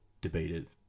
debated